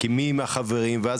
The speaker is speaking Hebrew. מה הסיבה ולהפנות לטיפול בקהילה.